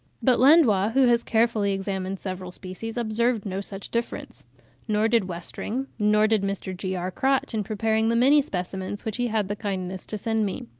but landois, who has carefully examined several species, observed no such difference nor did westring nor did mr. g r. crotch in preparing the many specimens which he had the kindness to send me.